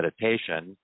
meditation